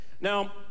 Now